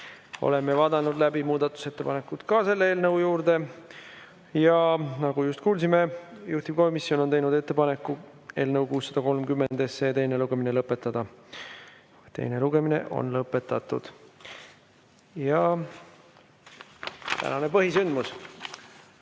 Oleme vaadanud läbi muudatusettepanekud ka selle eelnõu juurde. Nagu just kuulsime, juhtivkomisjon on teinud ettepaneku eelnõu 630 teine lugemine lõpetada. Teine lugemine on lõpetatud. Aitäh! Küsimusi